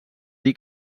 dir